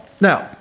Now